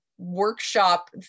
Workshop